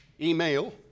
email